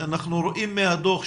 לפי הדוח,